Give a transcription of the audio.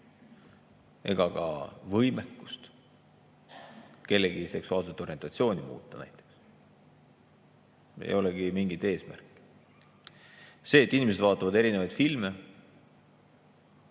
ega ka võimekust kellegi seksuaalset orientatsiooni muuta näiteks. Ei ole mingit sellist eesmärki. See, et inimesed vaatavad erinevaid filme,